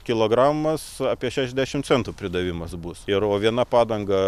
kilogramas apie šešiasdešim centų pridavimas bus ir o viena padanga